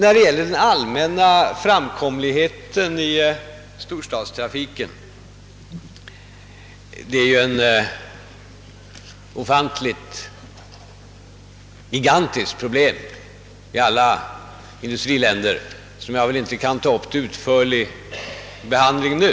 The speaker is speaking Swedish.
Frågan om den allmänna framkomligheten i storstadstrafiken är ett ofantligt, gigantiskt problem i alla industriländer, och detta problem kan jag väl inte ta upp till utförlig behandling nu.